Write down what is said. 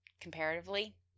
comparatively